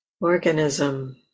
organism